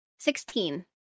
Sixteen